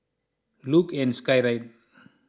Luge and Skyride